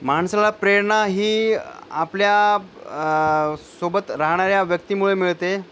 माणसाला प्रेरणा ही आपल्या सोबत राहणाऱ्या व्यक्तीमुळे मिळते